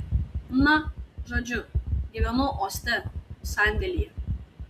na žodžiu gyvenu uoste sandėlyje